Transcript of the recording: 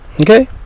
Okay